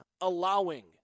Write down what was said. allowing